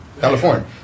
California